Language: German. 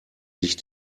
sich